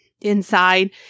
inside